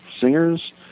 singers